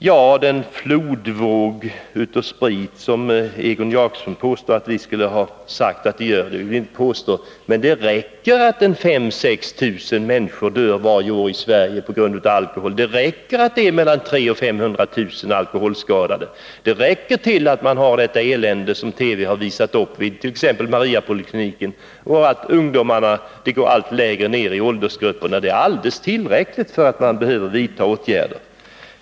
Det går en flodvåg av sprit över landet, påstår Egon Jacobsson att vi skulle ha sagt. Det vill jag inte göra gällande, men det räcker att 5 000-6 000 människor dör varje år i Sverige på grund av alkohol, det räcker att det finns mellan 300 000 och 500 000 alkoholskadade, det räcker att man har detta elände som TV har visat vid t.ex. Mariapolikliniken, det räcker att missbruket går allt längre ned i åldersgrupperna. Det är alldeles tillräckligt för att vi skall behöva vidta åtgärder.